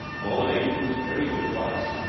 mormon agent was very good to us,